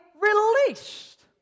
released